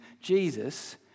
Jesus